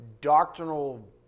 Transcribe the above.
doctrinal